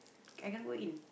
I cannot go in